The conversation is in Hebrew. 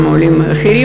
גם על עולים אחרים.